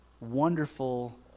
wonderful